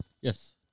Yes